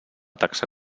taxa